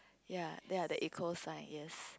ya there are the eco sign yes